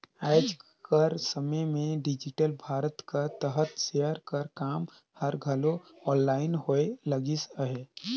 आएज कर समे में डिजिटल भारत कर तहत सेयर कर काम हर घलो आनलाईन होए लगिस अहे